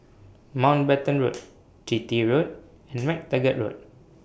Mountbatten Road Chitty Road and MacTaggart Road